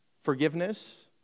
forgiveness